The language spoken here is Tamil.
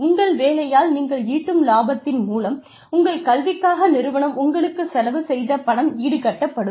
உங்கள் வேலையால் நீங்கள் ஈட்டும் லாபத்தின் மூலம் உங்கள் கல்விக்காக நிறுவனம் உங்களுக்குச் செலவு செய்த பணம் ஈடுகட்டப் படும்